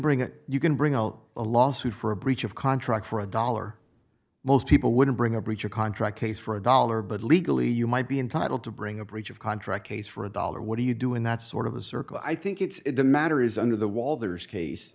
bring it you can bring out a lawsuit for a breach of contract for a dollar most people wouldn't bring a breach of contract case for a dollar but legally you might be entitled to bring a breach of contract case for a dollar what do you do in that sort of a circle i think it's a matter is under the wall there's case